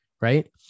right